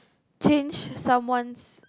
change someone's